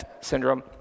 syndrome